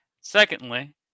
Secondly